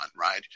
right